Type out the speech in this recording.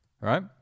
right